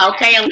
Okay